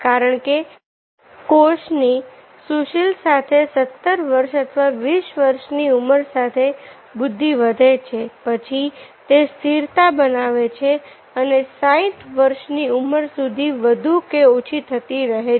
કારણકે કોષની સુશીલ સાથે 17 વર્ષ અથવા 20 વર્ષ ની ઉંમર સુધી બુદ્ધિ વધે છે પછી તે સ્થિરતા બનાવે છે અને 60 વર્ષ ની ઉંમર સુધી વધુ કે ઓછી થતી રહે છે